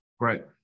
Right